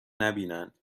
نبینند